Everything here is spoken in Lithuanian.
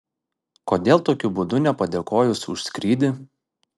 kodėl tokiu būdu nepadėkojus už skrydį